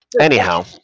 Anyhow